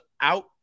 out